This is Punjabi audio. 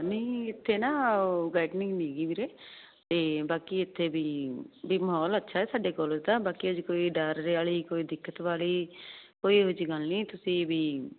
ਨੀ ਇਥੇ ਨਾ ਬੈਡ ਮੀੀ ਤੇ ਬਾਕੀ ਇਥੇ ਵੀ ਮਾਹੌਲ ਅੱਛਾ ਸਾਡੇ ਕਾਲਜ ਕੋਈ ਡਰ ਵਾਲੀ ਕੋਈ ਦਿੱਕਤ ਵਾਲੀ ਕੋਈ ਇਹੋ ਜਿਹੀ ਗੱਲ ਨਹੀਂ ਤੁਸੀਂ ਵੀ ਇਥੇ ਵੀ ਜੇ ਤੁਹਾਡੇ ਕੋਲ ਕੋਈ